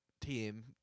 Team